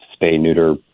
spay-neuter